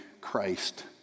Christ